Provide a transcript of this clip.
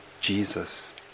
Jesus